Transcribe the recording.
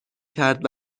کرد